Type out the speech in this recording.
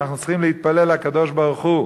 ואנחנו צריכים להתפלל לקדוש-ברוך-הוא: